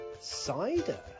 Cider